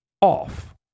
off